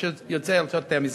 יש יוצאי ארצות המזרח.